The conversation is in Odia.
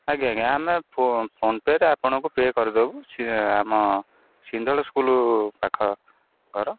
ଆଜ୍ଞା ଆଜ୍ଞା ଆମେ ଫୋ ଫୋନ ପେରେ ଆପଣଙ୍କୁ ପେ କରିଦେବୁ ଆମ ସିନ୍ଧଳ ସ୍କୁଲ୍ ପାଖ ଘର